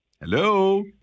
Hello